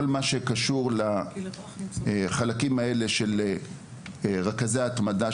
כל מה שקשור לחלקים האלה של רכזי התמדה,